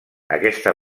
aquesta